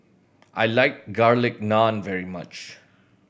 I like Garlic Naan very much